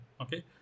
okay